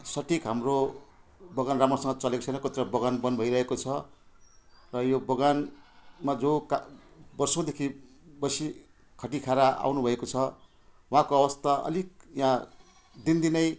सठिक हाम्रो बगान राम्रोसँग चलेको छैन कतिवटा बगान बन्द भइरहेको छ र यो बगानमा जो का वर्षौँदेखि बसी खटिखाएर आउनुभएको छ उहाँको अवस्था अलिक यहाँ दिनदिनै